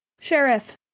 Sheriff